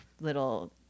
little